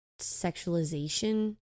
sexualization